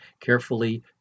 carefully